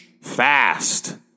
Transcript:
fast